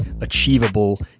achievable